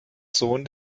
sohn